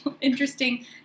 interesting